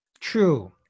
True